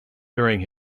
during